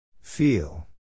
Feel